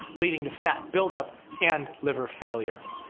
leading to fat buildup and liver failure.